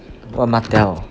what Martell